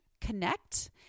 connect